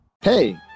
hey